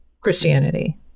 Christianity